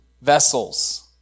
vessels